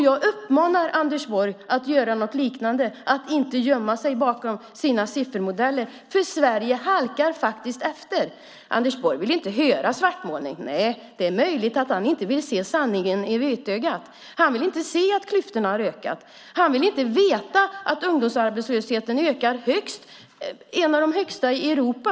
Jag uppmanar därför Anders Borg att göra något liknande och inte gömma sig bakom sina siffermodeller. Sverige halkar faktiskt efter. Anders Borg vill inte höra talas om en svartmålning. Nej, det är möjligt att han inte vill se sanningen i vitögat. Han vill inte se att klyftorna har ökat. Han vill inte veta att ungdomsarbetslösheten ökar och nu är en av de högsta i Europa.